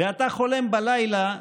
ואתה חולם בלילה שבבוקר,